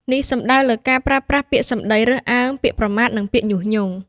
នេះសំដៅលើការប្រើប្រាស់ពាក្យសំដីរើសអើង ពាក្យប្រមាថ និងពាក្យញុះញង់។